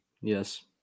Yes